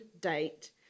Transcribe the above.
date